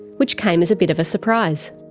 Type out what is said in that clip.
which came as a bit of a surprise.